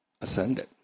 ascended